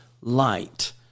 light